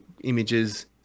images